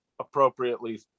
appropriately